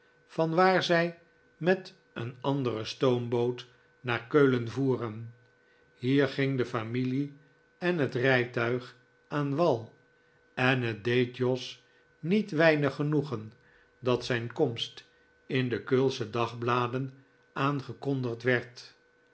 vanwaar zij met een andere stoomboot naar keulen voeren hier ging de familie en het rijtuig aan wal en het deed jos niet weinig genoegen dat zijn komst in de keulsche dagbladen aangekondigd werd